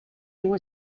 were